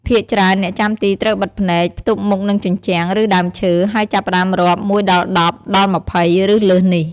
ភាគច្រើនអ្នកចាំទីត្រូវបិទភ្នែក ផ្ទប់មុខនឹងជញ្ជាំង ឬ ដើមឈើ ហើយចាប់ផ្ដើមរាប់ ១ដល់១០ ដល់២០ ឬ លើសនេះ។